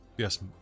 Yes